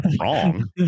wrong